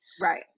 right